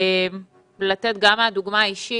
לתת גם מהדוגמה האישית.